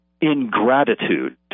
ingratitude